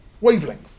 wavelength